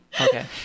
Okay